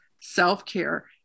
self-care